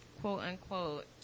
quote-unquote